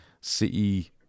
City